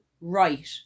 right